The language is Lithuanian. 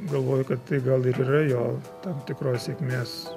galvoju kad tai gal ir yra jo tam tikros sėkmės